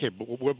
Okay